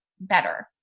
better